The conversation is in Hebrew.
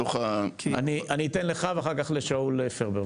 מתוך --- אני אתן לך ואחר לך לשאול פרבר,